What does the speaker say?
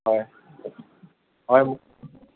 হয় হয়